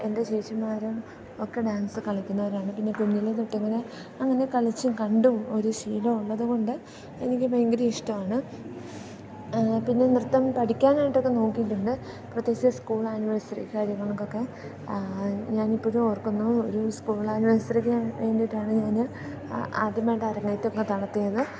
എൻ്റെ ചേച്ചിമാരും ഒക്കെ ഡാൻസ് കളിക്കുന്നവരാണ് പിന്നെ കുഞ്ഞിലേതൊട്ടിങ്ങനെ അങ്ങനെ കളിച്ചും കണ്ടും ഒരു ശീലമുള്ളത് കൊണ്ട് എനിക്ക് ഭയങ്കര ഇഷ്ടമാണ് പിന്നെ നൃത്തം പഠിക്കാനായിട്ടൊക്കെ നോക്കിയിട്ടുണ്ട് പ്രത്യേകിച്ച് സ്കൂള് ആന്വേഴ്സറി കാര്യങ്ങൾക്കൊക്കെ ഞാനിപ്പോഴും ഓർക്കുന്നു ഒരു സ്കൂള് ആന്വേഴ്സറിക്ക് വേണ്ടിയിട്ടാണ് ഞാൻ ആദ്യമായിട്ട് അരങ്ങേറ്റം ഒക്കെ നടത്തിയത്